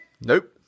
Nope